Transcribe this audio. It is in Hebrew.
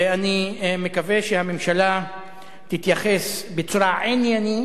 ואני מקווה שהממשלה תתייחס בצורה עניינית,